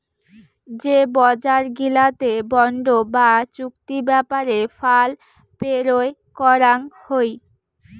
যে বজার গিলাতে বন্ড বা চুক্তি ব্যাপারে ফাল পেরোয় করাং হই